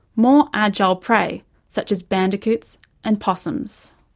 more agile prey such as bandicoots and possums.